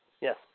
Yes